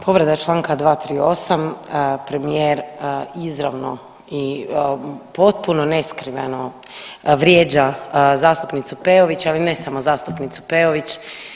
Povreda čl. 238., premijer izravno i potpuno neskriveno vrijeđa zastupnicu Peović ali ne samo zastupnicu Peović.